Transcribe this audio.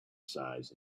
size